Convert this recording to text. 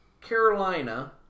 Carolina